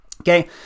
Okay